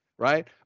Right